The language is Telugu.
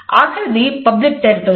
ఆఖరిది పబ్లిక్ టెరిటరీ